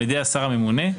על-ידי השר הממונה,